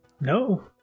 No